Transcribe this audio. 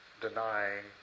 denying